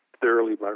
thoroughly